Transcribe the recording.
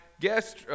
guest